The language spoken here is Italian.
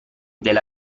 della